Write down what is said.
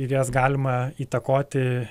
ir jas galima įtakoti